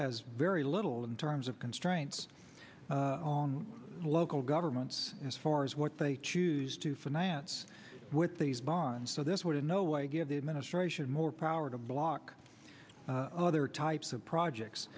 has very little in terms of constraints on local governments as far as what they choose to finance with these bonds so this would in no way give the administration more power to block other types of projects